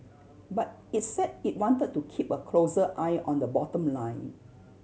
but it's said it want to keep a closer eye on the bottom line